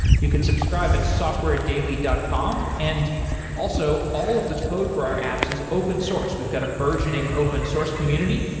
you can subscribe at softwaredaily dot com and also, all of the code for our apps is open source. we've got a burgeoning open source community.